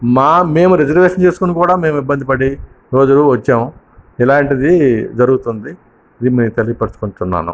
మా మేము రిజర్వేషన్ చేసుకుని కూడా మేము ఇబ్బంది పడి రోజులో వచ్చాము ఇలాంటిది జరుగుతుంది ఇది నేను తెలియపర్చుకుంటున్నాను